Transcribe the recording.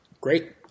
Great